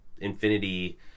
Infinity